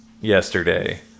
yesterday